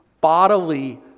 bodily